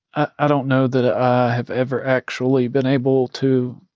i don't know that i have ever actually been able to